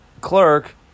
clerk